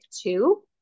two